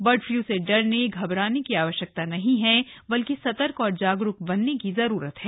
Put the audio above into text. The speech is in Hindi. बर्ड फ्लू से डरने घबराने की आवश्यकता नहीं है बल्कि सतर्क और जागरूक बनने की जरूरत है